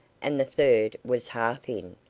and the third was half in,